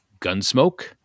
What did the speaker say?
Gunsmoke